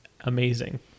amazing